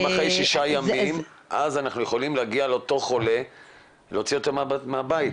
אם אחרי שישה ימים אנחנו יכולים להגיע לאותו חולה להוציא אותו מהבית,